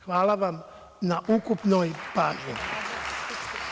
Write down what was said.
Hvala vam na ukupnoj pažnji.